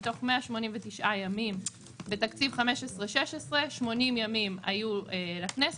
מתוך 189 ימים בתקציב 2016-2015 80 ימים היו לכנסת.